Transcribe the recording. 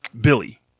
Billy